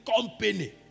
company